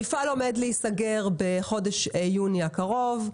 המפעל עומד להיסגר בחודש יוני הקרוב,